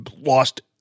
lost